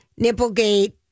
Nipplegate